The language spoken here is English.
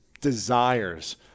desires